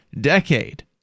decade